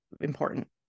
important